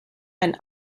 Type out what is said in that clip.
and